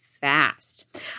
fast